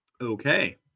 Okay